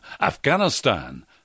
Afghanistan